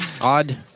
Odd